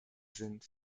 sind